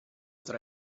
tra